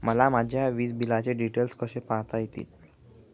मला माझ्या वीजबिलाचे डिटेल्स कसे पाहता येतील?